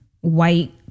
white